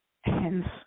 hence